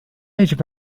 يجب